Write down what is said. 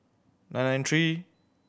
nine nine three